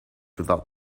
without